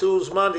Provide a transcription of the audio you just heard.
תמצאו זמן,